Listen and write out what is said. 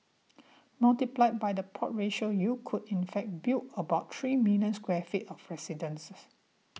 multiplied by the plot ratio you could in fact build about three million square feet of residences